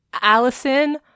Allison